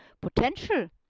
potential